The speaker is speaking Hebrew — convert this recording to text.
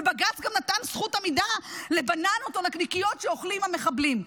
ובג"ץ גם נתן זכות עמידה לבננות או נקניקיות שאוכלים המחבלים.